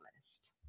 list